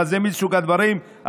אבל זה מסוג הדברים,